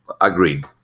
Agreed